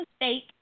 mistake